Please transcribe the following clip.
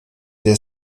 der